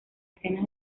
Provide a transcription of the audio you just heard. escena